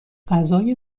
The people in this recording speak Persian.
غذای